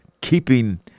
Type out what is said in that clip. keeping